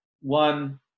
one